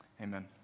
Amen